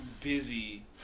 busy